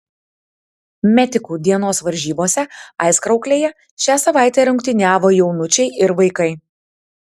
metikų dienos varžybose aizkrauklėje šią savaitę rungtyniavo jaunučiai ir vaikai